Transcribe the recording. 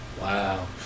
Wow